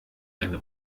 eine